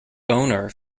owner